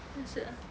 that's it ah